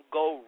go